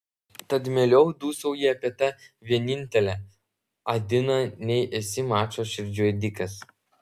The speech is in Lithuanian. tad mieliau dūsauji apie tą vienintelę adiną nei esi mačo širdžių ėdikas